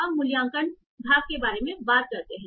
अब मूल्यांकन भाग के बारे में बात करते हैं